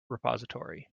repository